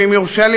ואם יורשה לי,